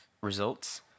results